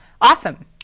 Awesome